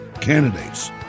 candidates